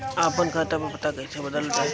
आपन खाता पर पता कईसे बदलल जाई?